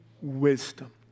wisdom